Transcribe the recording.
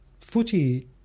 footy